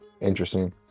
interesting